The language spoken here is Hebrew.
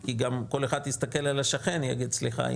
כי גם כל אחד יסתכל על השכן ויגיד: סליחה,